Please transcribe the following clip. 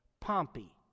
Pompey